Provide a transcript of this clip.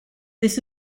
this